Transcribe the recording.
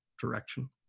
direction